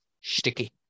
Sticky